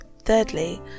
Thirdly